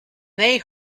they